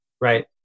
Right